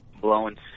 blowing